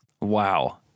Wow